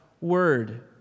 word